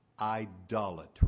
idolatry